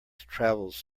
travels